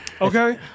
Okay